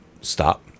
stop